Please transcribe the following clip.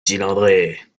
cylindrée